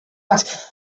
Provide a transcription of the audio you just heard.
but